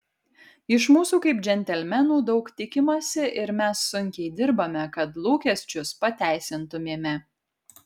iš mūsų kaip džentelmenų daug tikimasi ir mes sunkiai dirbame kad lūkesčius pateisintumėme